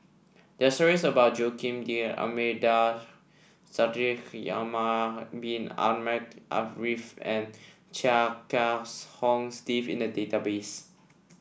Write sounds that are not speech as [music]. there are stories about Joaquim D'Almeida Shaikh [unintelligible] bin Ahmed Afifi and Chia Kiah [unintelligible] Hong Steve in the database